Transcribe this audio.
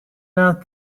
not